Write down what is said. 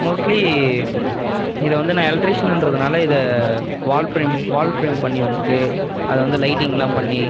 mostly இதை வந்து நான் எலெக்ட்ரிஷியனுன்றதுனால இதை வால் பிரேம் வால்ஃபிரேம் பண்ணி வச்சுகிட்டு அதை வந்து லைட்டிங்லாம் பண்ணி